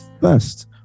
first